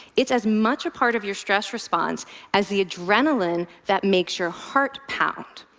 it's as much a part of your stress response as the adrenaline that makes your heart pound.